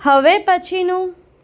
હવે પછીનું